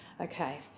Okay